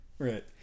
Right